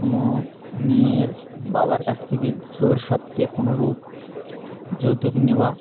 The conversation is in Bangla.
কোনো মেয়ের বাবার কাছ থেকে জোর সত্ত্বেও কোনো রূপ যৌতুক নেওয়া